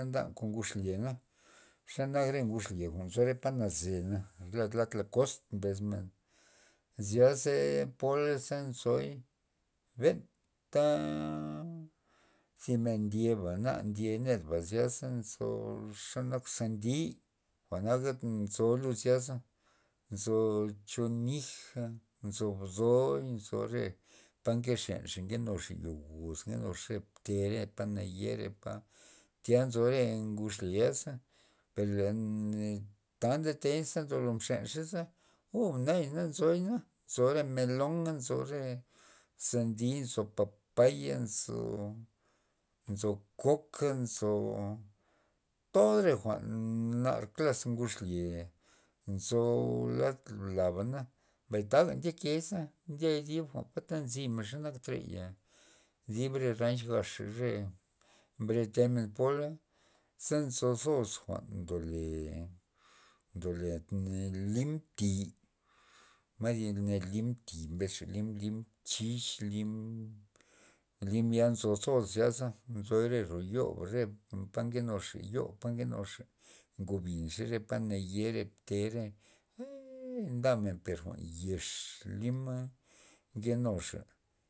Ndan kon ngud xlyena, xanak re ngud xlye le nzo palad nazena lad- lad lakoz mbes men zyaze poley za nzoy benta zi men ndyeba na ndye nedba zya za nzo zanak sandi, jwa'na nzo lud zya nzo cho nija nzo bdoy nzo re pa nkexenxa nkenuxa yo guz re bdete palad yera pa tya nzo re ngud xlye za per le tant ndey ze tolo mchen xaza uu naya na nzoy no re meloa' nzo re sandi nzo papaya nzo, nzo koka nzo tod re jwa'n nar klas ngud xlye nzo lad laba na mbay taga ndyekey za ndiay thib jwa'n nzimen xanak treya did re ranch gaxre re pro naxtemen pola za nzo zos jwa'n ndole- ndole lim ti' ma zib ned lim ti' mbes xa lim- lim chix lim, lim ya nzo sos zyasa nzo ro yoba nzyasa nke nuxa yo nke nuxa ngobinxe pa naye pa mbte re gabmen jwa'n yex lima nkenuxa.